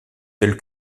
tels